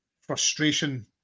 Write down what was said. frustration